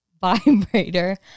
vibrator